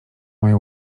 moje